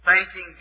Thanking